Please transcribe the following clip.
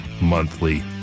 monthly